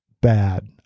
bad